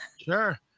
Sure